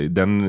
den